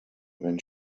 when